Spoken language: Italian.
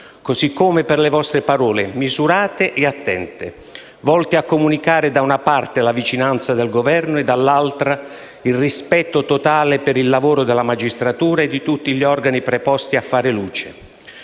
così come per le vostre parole, misurate e attente, volte a comunicare da una parte la vicinanza del Governo e dall'altra il rispetto totale per il lavoro della magistratura e di tutti gli organi preposti a fare luce.